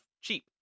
cheap